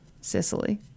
Sicily